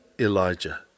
Elijah